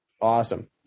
Awesome